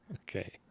Okay